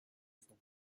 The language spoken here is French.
formant